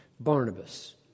Barnabas